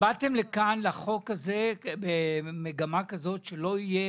באתם לחוק הזה עם מגמה שהוא לא ייצור